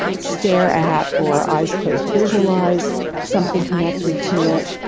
stare at or eyes closed visualize something connected to it.